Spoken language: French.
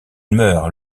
meurt